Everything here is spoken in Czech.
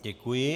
Děkuji.